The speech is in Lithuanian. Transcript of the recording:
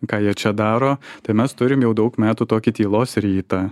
ką jie čia daro tai mes turim jau daug metų tokį tylos rytą